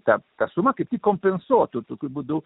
ta tą sumą kaip kompensuotų tokiu būdu